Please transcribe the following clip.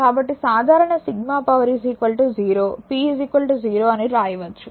కాబట్టి సాధారణ sigma power 0 p 0 అని వ్రాయవచ్చు